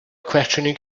questioning